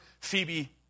Phoebe